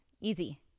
easy